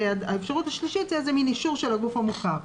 והאפשרות השלישית זה איזה מין אישור של הגוף המוכר.